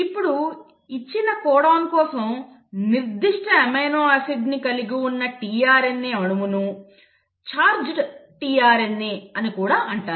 ఇప్పుడు ఇచ్చిన కోడాన్ కోసం నిర్దిష్ట అమైనో ఆసిడ్ని కలిగి ఉన్న tRNA అణువును చార్జ్డ్ tRNA అని కూడా అంటారు